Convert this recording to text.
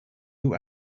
you